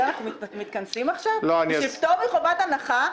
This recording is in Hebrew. מתכנסים עכשיו בשביל פטור מחובת הנחה?